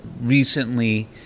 recently